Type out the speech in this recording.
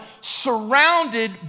surrounded